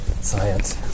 Science